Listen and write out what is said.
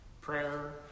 prayer